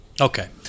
Okay